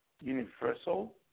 universal